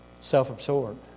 self-absorbed